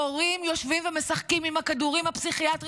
הורים יושבים ומשחקים עם הכדורים הפסיכיאטריים